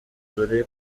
dore